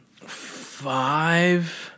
five